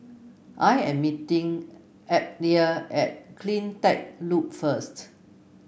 I am meeting Abdiel at CleanTech Loop first